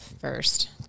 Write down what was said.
first